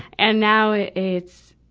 and now, it's,